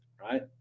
right